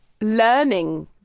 learning